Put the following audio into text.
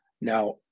now